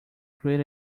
great